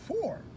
four